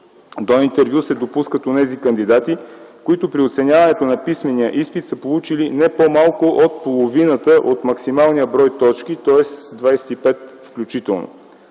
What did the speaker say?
До интервю се допускат онези кандидати, които при оценяването на писмения изпит са получили не по-малко от половината от максималния брой точки, тоест 25 включително.